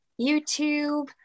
YouTube